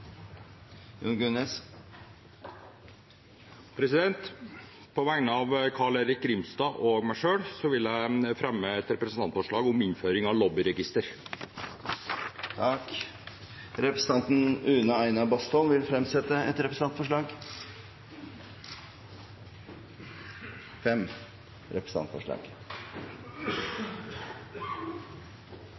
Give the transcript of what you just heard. Gunnes vil fremsette et representantforslag. På vegne av representanten Carl-Erik Grimstad og meg selv vil jeg fremme et representantforslag om innføring av lobbyregister. Representanten Une Bastholm vil fremsette fem representantforslag.